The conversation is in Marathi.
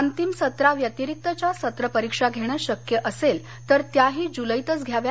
अंतिम सत्रा व्यतिरिक्तच्या सत्र परिक्षा घेणं शक्य असेल तर त्याही जूलैतच घ्याव्या